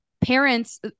parents